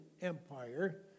Empire